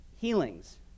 Healings